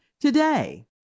today